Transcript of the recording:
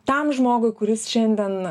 tam žmogui kuris šiandien